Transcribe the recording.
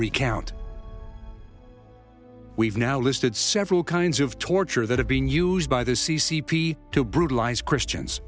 recount we've now listed several kinds of torture that have been used by the c c p to brutalize christians